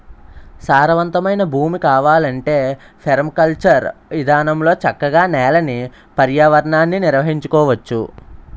సారవంతమైన భూమి కావాలంటే పెర్మాకల్చర్ ఇదానంలో చక్కగా నేలని, పర్యావరణాన్ని నిర్వహించుకోవచ్చు